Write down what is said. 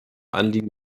anliegen